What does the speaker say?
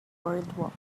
boardwalk